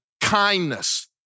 kindness